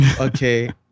Okay